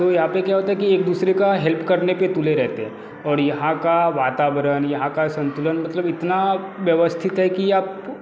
तो यहाँ पर क्या होता है कि एक दुसरे की हेल्प करने के तुले रहते हैं और यहाँ का वातावरण यहाँ का संतुलन मतलब इतना व्यवस्थित है कि आप